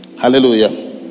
Hallelujah